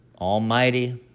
Almighty